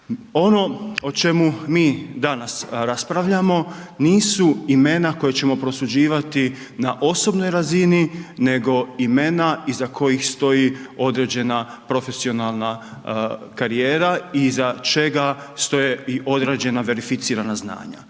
Ono o čemu mi danas raspravljamo nisu imena koja imena koja ćemo prosuđivati na osobnoj razini nego imena iza kojih stoji određena profesionalna karijera i iza čega stoje i određena verificirana znanja.